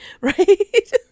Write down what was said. right